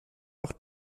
auch